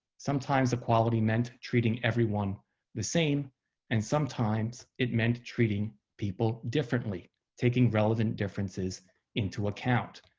sometimes equality meant treating everyone the same and sometimes it meant treating people differently taking relevant differences into account.